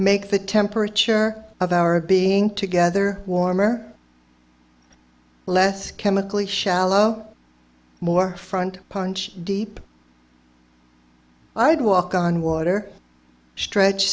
make the temperature of our being together warmer less chemically shallow more front punch deep i'd walk on water stretch